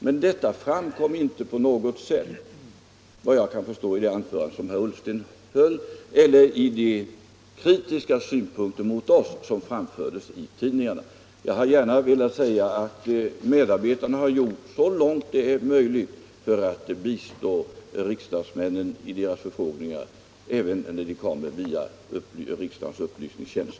Men detta framkom inte på något sätt vad jag kan förstå i det anförande som herr Ullsten höll eller i de kritiska synpunkter mot oss som framfördes i tidningarna. Jag har gärna velat säga att medarbetarna så långt det är möjligt har tillmötesgått riksdagsmännen när det gällt att besvara deras förfrågningar, även när de kommit via riksdagens upplysningstjänst.